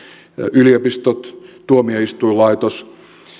yliopistot tuomioistuinlaitos